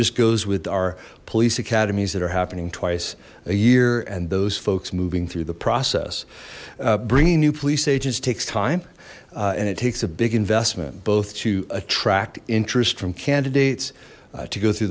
just goes with our police academies that are happening twice a year and those folks moving through the process bringing new police agents takes time and it takes a big investment both to attract interest from candidates to go through